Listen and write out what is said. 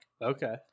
Okay